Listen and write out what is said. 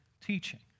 teaching